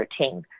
13